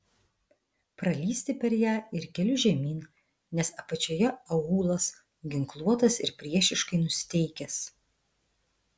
pralįsti per ją ir keliu žemyn nes apačioje aūlas ginkluotas ir priešiškai nusiteikęs